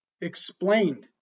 explained